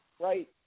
right